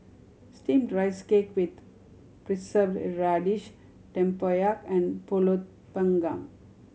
Steamed Rice Cake with Preserved Radish tempoyak and Pulut Panggang